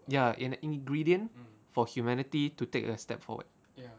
ya in~ ingredient for humanity to take a step forward